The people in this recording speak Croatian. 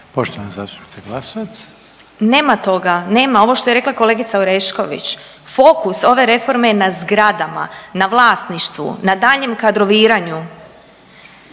**Glasovac, Sabina (SDP)** Nema toga. Nema, ovo što je rekla kolegica Orešković, fokus ove reforme je na zgradama, na vlasništvu, na daljnjem kadroviranju.